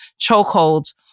chokeholds